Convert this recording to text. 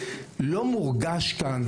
לא מורגש כאן כלום,